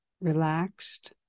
relaxed